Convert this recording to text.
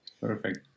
Perfect